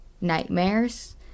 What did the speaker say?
nightmares